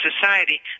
society